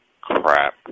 crap